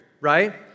right